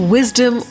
Wisdom